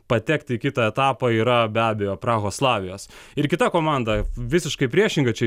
patekti į kitą etapą yra be abejo prahos slavijos ir kita komanda visiškai priešinga čia